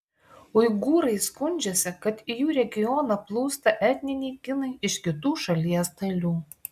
uigūrai skundžiasi kad į jų regioną plūsta etniniai kinai iš kitų šalies dalių